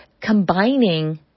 combining